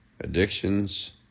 addictions